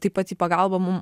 taip pat į pagalbą mum